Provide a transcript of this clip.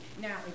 Now